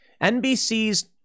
NBC's